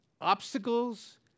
obstacles